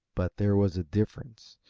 but there was a difference,